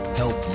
help